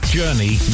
journey